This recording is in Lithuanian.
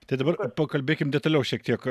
tai dabar pakalbėkim detaliau šiek tiek